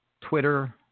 Twitter